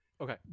Okay